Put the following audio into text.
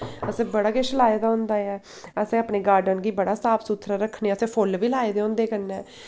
असें बड़ा किश लाए दा होंदा ऐ असें अपने गार्डन गी बड़ा साफ सुथरा रक्खने असें फुल्ल बी लाए दे होंदे कन्नै